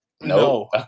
No